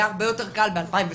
היה הרבה יותר קל ב-2017.